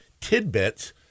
tidbits